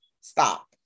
stop